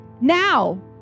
Now